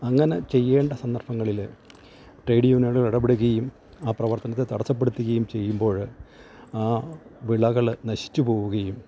അങ്ങനെ ചെയ്യേണ്ട സന്ദർഭങ്ങളില് ട്രേഡ് യൂണിയനുകൾ ഇടപെടുകയും ആ പ്രവർത്തനത്തെ തടസപ്പെടുത്തുകയും ചെയ്യുമ്പോഴ് ആ വിളകള് നശിച്ച് പോവുകയും